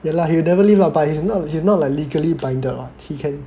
ya lah he will never leave lah but you know he's not he's not like legally binded [what] he can